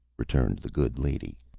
returned the good lady.